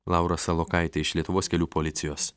laura salokaitė iš lietuvos kelių policijos